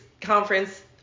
conference